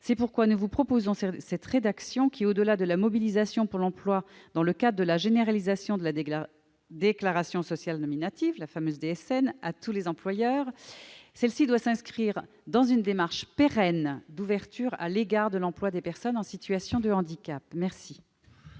C'est pourquoi nous vous proposons d'ajouter cette mention. Au-delà de la mobilisation pour l'emploi dans le cadre de la généralisation de la déclaration sociale nominative, la fameuse DSN, à tous les employeurs, celle-ci doit s'inscrire dans une démarche pérenne d'ouverture à l'égard de l'emploi des personnes en situation de handicap. Quel